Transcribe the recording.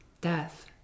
death